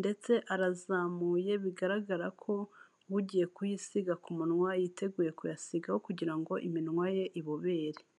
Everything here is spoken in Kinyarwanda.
ndetse arazamuye bigaragara ko ugiye kuyisiga ku munwa yiteguye kuyasigaho kugira ngo iminwa ye ibobere.